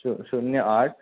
शु शुन्य आठ